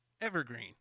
Evergreen